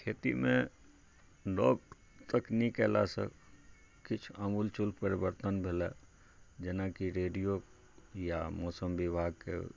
खेतीमे नव तकनीक एलासँ किछु आमूलचूल परिवर्तन भेलै जेनाकि रेडियो या मौसम विभागके